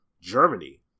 Germany